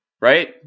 right